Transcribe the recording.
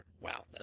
Wow